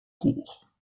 cours